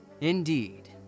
Indeed